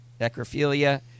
necrophilia